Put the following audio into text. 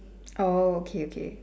oh okay okay